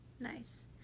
Nice